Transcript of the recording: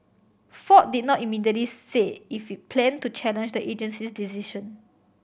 Ford did not immediately say if it planned to challenge the agency's decision